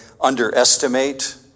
underestimate